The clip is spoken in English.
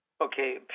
Okay